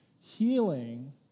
healing